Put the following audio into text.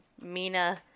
Mina